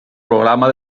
programa